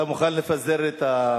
אתה מוכן לפזר את,